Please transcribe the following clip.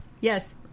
Yes